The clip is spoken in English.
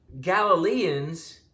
Galileans